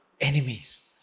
enemies